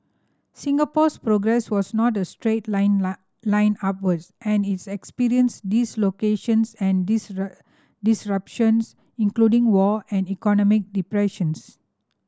Singapore's progress was not a straight line line upwards and it experienced dislocations and disruptions including war and economic depressions